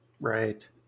Right